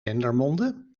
dendermonde